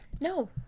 No